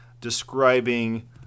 describing